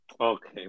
Okay